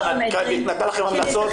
נתנה לכם המלצות,